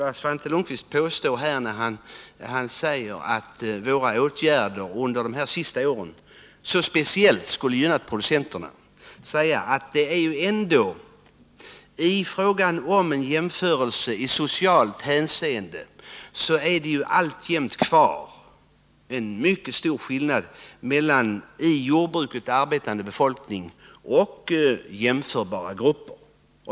När Svante Lundkvist påstår att våra åtgärder under de senaste åren 217 speciellt skulle ha gynnat producenterna, vill jag säga att i socialt hänseende finns det alltjämt kvar en mycket stor skillnad mellan i jordbruket arbetande befolkning och jämförbara grupper.